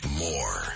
more